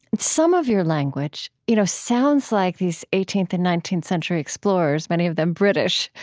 and some of your language you know sounds like these eighteenth and nineteenth century explorers, many of them british,